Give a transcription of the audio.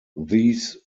these